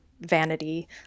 vanity